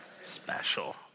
special